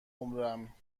عمرم